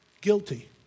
Guilty